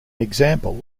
example